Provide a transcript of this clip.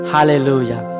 Hallelujah